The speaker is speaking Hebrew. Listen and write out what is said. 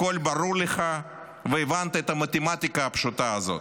הכול ברור לך והבנת את המתמטיקה הפשוטה הזאת.